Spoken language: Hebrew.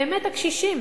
באמת הקשישים,